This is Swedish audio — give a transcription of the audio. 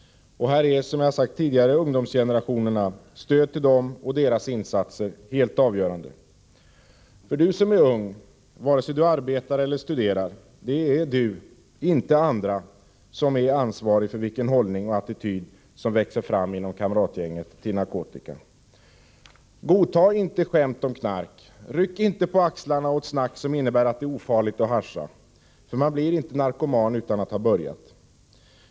Här är — som jag sagt tidigare — ungdomsgenerationerna och stödet till dem och deras insatser helt avgörande. Det är du som är ung, vare sig du arbetar eller studerar — det är du, inte andra — som är ansvarig för vilken hållning och attityd till narkotika som växer fram inom kamratgänget. Godta inte skämt om knark! Ryck inte på axlarna åt snack som innebär att det skulle vara ofarligt att hascha! Man blir inte narkoman utan att ha börjat.